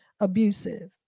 abusive